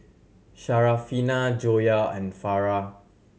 Syarafina Joyah and Farah